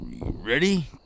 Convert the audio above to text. Ready